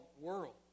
world